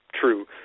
true